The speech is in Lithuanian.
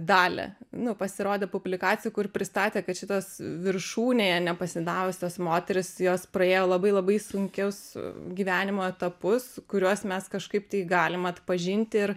dalią nu pasirodė publikacijų kur pristatė kad šitos viršūnėje nepasidavusios moterys jos praėjo labai labai sunkius gyvenimo etapus kuriuos mes kažkaip tai galim atpažinti ir